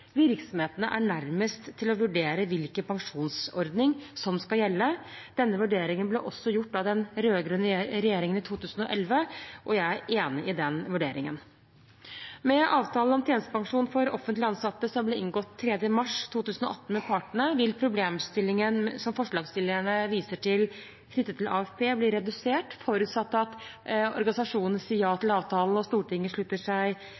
Virksomhetene er nærmest til å vurdere hvilken pensjonsordning som skal gjelde. Denne vurderingen ble også gjort av den rød-grønne regjeringen i 2011, og jeg er enig i den vurderingen. Med avtalen om tjenestepensjon for offentlig ansatte som ble inngått 3. mars 2018 med partene, vil problemstillingen som forslagsstillerne viser til knyttet til AFP, bli redusert, forutsatt at organisasjonene sier ja til avtalen og Stortinget slutter seg